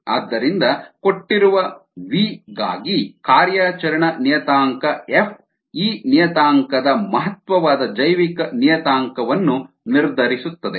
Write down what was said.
ಆದ್ದರಿಂದ ಕೊಟ್ಟಿರುವ ವಿ ಗಾಗಿ ಕಾರ್ಯಾಚರಣಾ ನಿಯತಾಂಕ ಎಫ್ ಈ ನಿಯತಾಂಕದ ಮಹತ್ವವಾದ ಜೈವಿಕ ನಿಯತಾಂಕವನ್ನು ನಿರ್ಧರಿಸುತ್ತದೆ